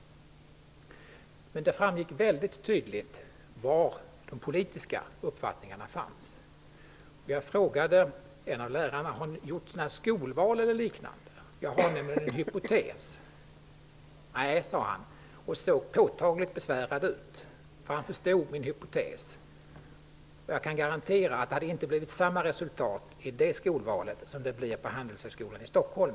Något som gjorde mig litet beklämd var att det framgick så tydligt vilka politiska uppfattningar dessa blivande förskollärare hade. Jag frågade en av lärarna: Har ni gjort något skolval eller liknande? Jag har nämligen en hypotes. -- Nej, svarade han och såg påtagligt besvärad ut; han förstod min hypotes. Jag kan garantera att det så att säga inte hade blivit samma resultat i det skolvalet som det blir på Handelshögskolan i Stockholm!